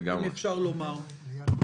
אם אפשר לומר כך.